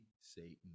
Satan